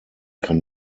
kann